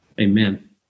Amen